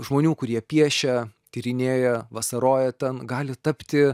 žmonių kurie piešia tyrinėja vasaroja ten gali tapti